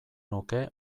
nuke